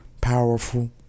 powerful